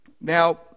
Now